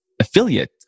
affiliate